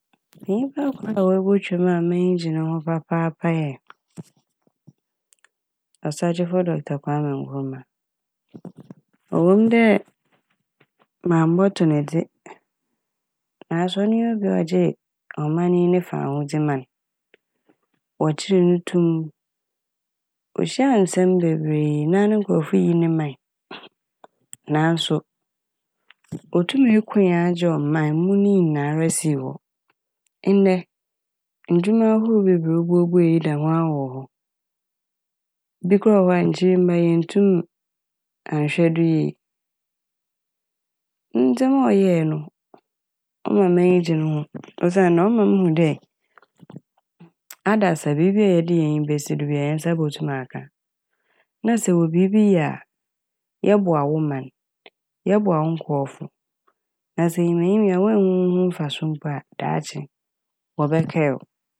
Nyimpa kor a oebotwa m' a m'enyi gye no ho papaapa yɛ Ɔsagyefo Dɔkata Kwame Nkrumah ɔwɔ mu dɛ mammbɔto no dze naaso ɔno nye obi a ɔgyee Ɔman yi ne faahodzi ma n'. Wɔkyeer no to m', ohyia nsɛm bebree naa no nkorɔfo yii ne mae naaso otumii koe a gyee ɔman mu ne nyinara sii hɔ. Ndɛ, ndwuma ahorow a bebree a obuebue da ho a wɔ hɔ. Bi koraa wɔ hɔ a nkyirmba yenntum annhwɛ do yie. Ne ndzɛma a ɔyɛe no ɔma m'enyi gye ne ho osiandɛ ɔma muhu dɛ adasa biibiara a yɛde hɛn eni besi do biara a hɛn nsa botum aka na sɛ ɛwɔ biibi yɛ a, yɛboa wo man, yɛboa wo nkorɔfo na sɛ enyimeyim yi a wonnhu wo ho mfaso mpo a daakye wɔbɛkae wo.